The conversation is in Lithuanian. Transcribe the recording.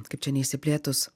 kaip čia neišsiplėtus